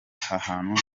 hantu